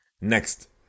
Next